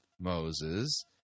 Moses